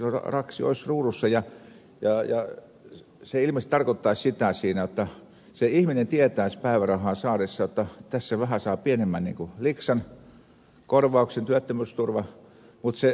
siellä raksi olisi ruudussa ja se ilmeisesti tarkoittaisi sitä jotta se ihminen tietäisi päivärahaa saadessaan jotta tässä saa vähän pienemmän liksan korvauksen työttömyysturvan mutta sen saa nopeammin